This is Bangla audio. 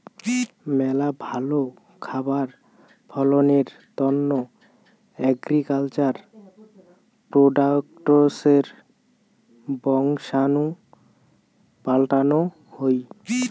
মেলা ভালো খাবার ফলনের তন্ন এগ্রিকালচার প্রোডাক্টসের বংশাণু পাল্টানো হই